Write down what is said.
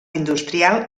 industrial